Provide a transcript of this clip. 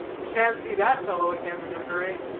sha'n't see that fellow again in a hurry,